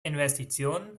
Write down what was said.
investitionen